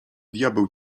diabeł